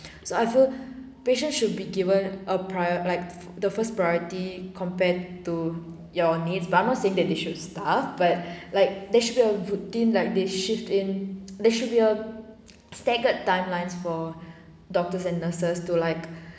so I feel patient should be given a prior~ like the first priority compared to your needs but I'm not saying that they should starve but like there should be a routine like they shift in there should be a staggered timelines for doctors and nurses to like